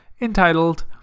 entitled